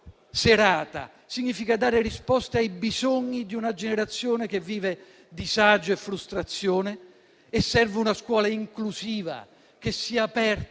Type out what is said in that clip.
serata; significa dare risposte ai bisogni di una generazione che vive disagio e frustrazione. Serve una scuola inclusiva, che sia aperta,